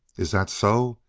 is that so?